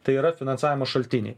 tai yra finansavimo šaltiniai